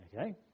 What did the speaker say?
okay